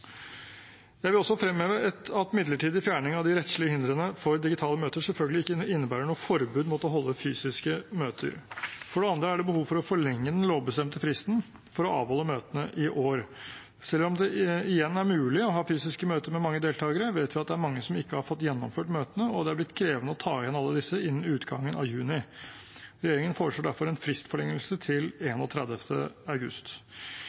Jeg vil også fremheve at midlertidig fjerning av de rettslige hindrene for digitale møter selvfølgelig ikke innebærer noe forbud mot å holde fysiske møter. For det andre er det behov for å forlenge den lovbestemte fristen for å avholde møtene i år. Selv om det igjen er mulig å ha fysiske møter med mange deltakere, vet vi at det er mange som ikke har fått gjennomført møtene – og det er blitt krevende å ta igjen alle disse innen utgangen av juni. Regjeringen foreslår derfor en fristforlengelse til 31. august.